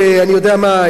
אני יודע מה?